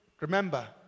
remember